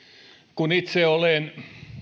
kun itse olen